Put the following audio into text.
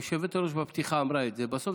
היושבת-ראש אמרה את זה בפתיחה,